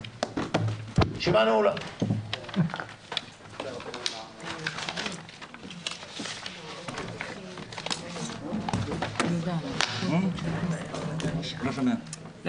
10:40.